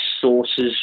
sources